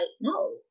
no